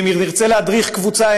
ואם נרצה להדריך קבוצה,